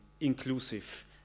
inclusive